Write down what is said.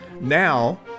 Now